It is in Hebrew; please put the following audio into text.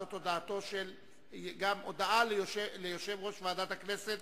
הודעה ליושב-ראש ועדת הכנסת.